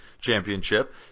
championship